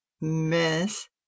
miss